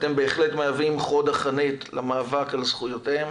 אתם בהחלט מהווים את חוד החנית במאבק על זכויותיהם